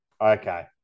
Okay